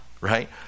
right